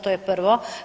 To je prvo.